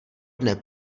dne